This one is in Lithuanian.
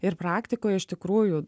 ir praktikoje iš tikrųjų